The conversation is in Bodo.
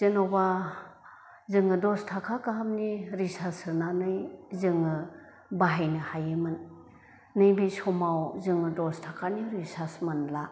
जेन'बा जोङो दस ताका गाहामनि रिसार्च सोनानै जोङो बाहायनो हायोमोन नैबे समाव जोङो दस ताकानि रिसार्च मोनला